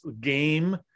game